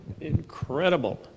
incredible